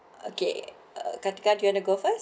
okay a do you wanna go first